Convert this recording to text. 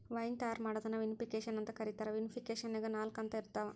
wine ತಯಾರ್ ಮಾಡೋದನ್ನ vinification ಅಂತ ಕರೇತಾರ, ವಿನಿಫಿಕೇಷನ್ನ್ಯಾಗ ನಾಲ್ಕ ಹಂತ ಇರ್ತಾವ